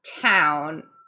town